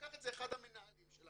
לקח את זה אחד המנהלים שלנו,